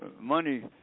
money